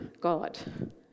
God